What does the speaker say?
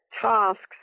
tasks